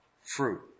fruit